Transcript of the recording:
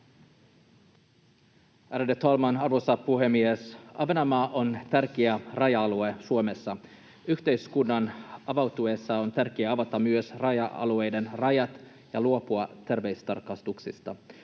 arvoisa puhemies! Ahvenanmaa on tärkeä raja-alue Suomessa. Yhteiskunnan avautuessa on tärkeää avata myös raja-alueiden rajat ja luopua terveystarkastuksista.